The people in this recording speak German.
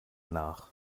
nach